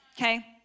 okay